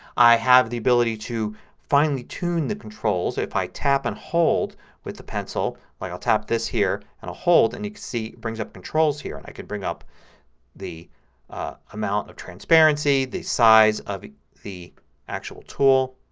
i have the ability to finely tune the controls. if i tap and hold with the pencil, like i'll tap this here and hold, and you can see it brings up controls here. and i can bring up the amount of transparency, the size of the actual tool,